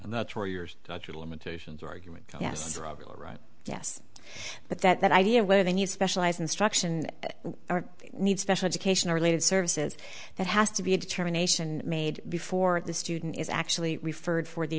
that's where yours yes right yes but that idea where they need specialized instruction or need special education related services that has to be a determination made before the student is actually referred for the